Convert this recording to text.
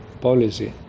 policy